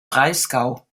breisgau